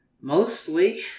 Mostly